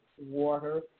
water